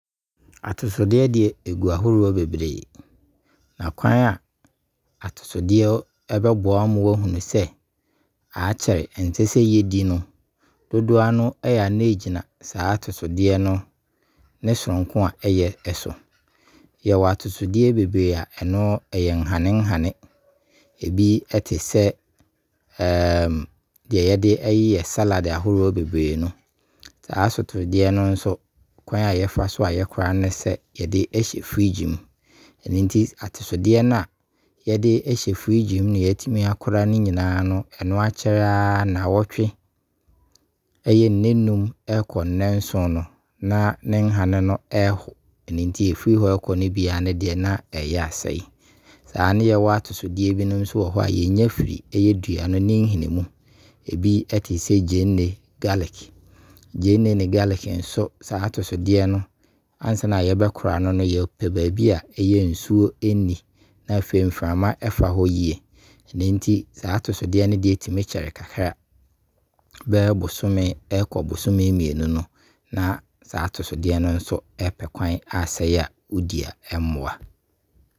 Atosodeɛ deɛ gu ahoroɔ bebree ɔkwan a atosodeɛ bɛboa ama wɔahunu sɛ akyɛre na ɛnsɛ sɛ yɛdi no, dodoɔ no a ɛyɛ a na ɛgyina saa atosodeɛ no ne sononko a ɛyɛ so. Yɛwɔ atosodeɛ bebree a ɛno no ɛyɛ nhanehane Ɛbi te sɛ deɛ yɛde yɛ 'salad' ahoroɔ bebree no. Saa atosodeɛ no nso kwan a yɛfa so kora no ne sɛ yɛde ɛhyɛ 'fridge' mu. Ɛno nti atosodeɛ a yɛde hyɛ 'fridge' mu no ansa na yɛtumi akora no nyinaa no, ɛno akyɛre a nnawɔtwe anaa ɛnnɛ nnum ɛkɔ nnɛ nson na ne nhane no ɛho. Ɛno nti ɛfiri hɔ ɛkɔ no biara deɛ na ɛyɛ asɛi. Saa na yɛwɔ atosodeɛ binom nso wɔhɔ a yɛnya firi ɛyɛ dua no ne nhini mu. Bi te sɛ gyeene, 'garlic' Gyeene ne 'garlic, nso saa atosodeɛ no ansa na yɛbɛ kora no no yɛpɛ baabi ɛyɛ nsuo nni na afei mframa ɛfa hɔ yie. Saa atosodeɛ no deɛ tumi kyɛre kakra, bɛyɛ bosome ɛkɔ bosome mmienu no na saa atosodeɛ no nso ɛpɛ kwan asɛi a wo di ɛmmoa